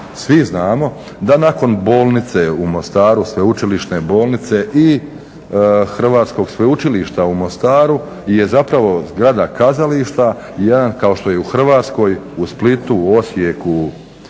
svi znamo da nakon bolnice u Mostaru, sveučilišne bolnice i Hrvatskog sveučilišta u Mostaru je zapravo zgrada kazališta jedan, kao što je u Hrvatskoj, u Splitu, u Osijeku